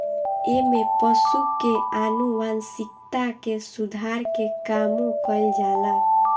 एमे पशु के आनुवांशिकता के सुधार के कामो कईल जाला